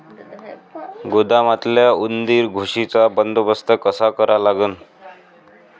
गोदामातल्या उंदीर, घुशीचा बंदोबस्त कसा करा लागन?